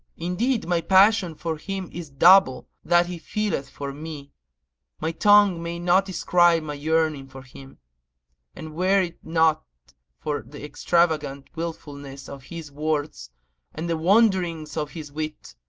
indeed my passion for him is double that he feeleth for me my tongue may not describe my yearning for him and were it not for the extravagant wilfulness of his words and the wanderings of his wit,